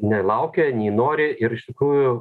nelaukia nei nori ir iš tikrųjų